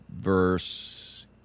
verse